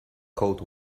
cold